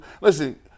listen